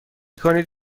کنید